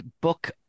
book